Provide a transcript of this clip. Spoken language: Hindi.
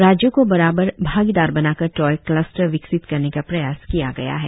राज्यों को बराबर भागीदार बनाकर टॉय क्ल्सटर विकसित करने का प्रयास किया गया है